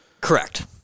Correct